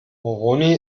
moroni